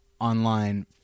online